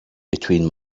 between